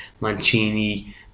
Mancini